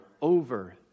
over